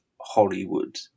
Hollywood